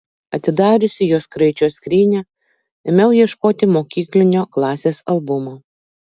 atidariusi jos kraičio skrynią ėmiau ieškoti mokyklinio klasės albumo